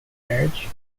marriage